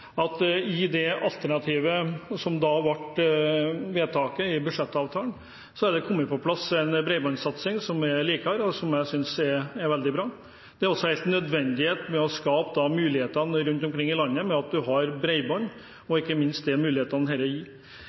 framover. Med det alternativet som ble vedtatt i budsjettavtalen, er det kommet på plass en bredbåndsatsing som er bedre, og som jeg synes er veldig bra. Det er helt nødvendig å skape muligheter rundt omkring i landet ved at en har bredbånd, og ikke minst hvilke muligheter dette gir.